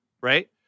Right